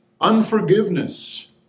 unforgiveness